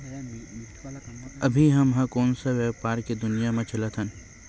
अभी हम ह कोन सा व्यवसाय के दुनिया म चलत हन?